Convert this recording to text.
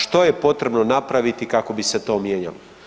Što je potrebno napraviti kako bi se to mijenjalo?